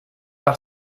par